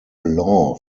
law